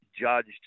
judged